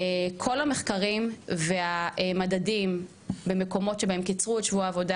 כל המחקרים והמדדים במקומות שבהם קיצרו את שבוע העבודה,